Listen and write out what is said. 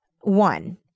One